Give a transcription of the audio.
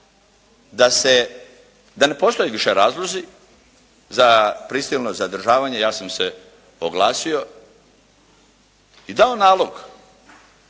da ne postoje više razlozi za prisilno zadržavanje ja sam se oglasio i dao nalog